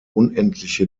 unendliche